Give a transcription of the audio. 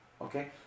okay